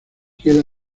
queda